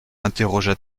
interrogea